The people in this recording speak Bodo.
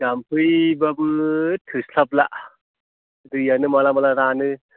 जाम्फैबाबो थोस्लाबला दैयानो माला माला रानो